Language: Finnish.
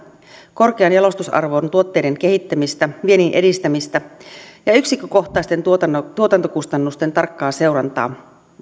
korkean jalostusarvon tuotteiden kehittämistä viennin edistämistä ja yksikkökohtaisten tuotantokustannusten tarkkaa seurantaa